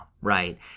right